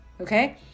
okay